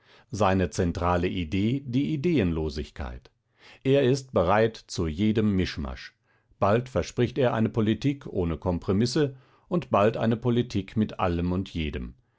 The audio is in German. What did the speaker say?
seine zentrale idee die ideenlosigkeit er ist bereit zu jedem mischmasch bald verspricht er eine politik ohne kompromisse und bald eine politik mit allem und jedem